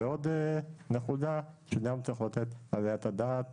עוד נקודה שגם צריך לתת עליה את הדעת